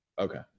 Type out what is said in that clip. Okay